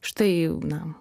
štai na